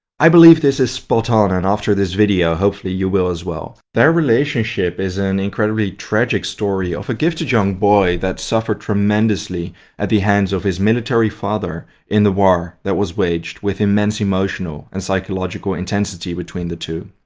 i believe this is spot-on, and after this video you hopefully will as well their relationship is an incredibly tragic story of a gifted, young boy that suffered tremendously at the hands of his military father in the war that was waged with immense emotional and psychological intensity between the two.